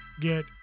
get